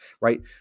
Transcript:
right